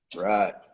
right